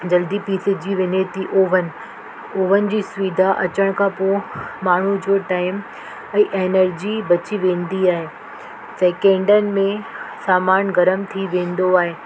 जल्दी पीसजी वञे थी ओवन ओवन जी सुविधा अचनि खां पोइ माण्हू जो टाइम ऐं एनर्जी बची वेंदी आहे सेकेंडनि में सामानु गरम थी वेंदो आहे